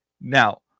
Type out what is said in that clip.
Now